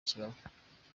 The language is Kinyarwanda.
ikibaba